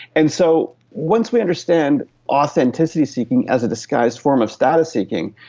and so once we understand authenticity seeking as a disguised form of status seeking,